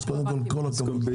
אז קודם כל, כל הכבוד.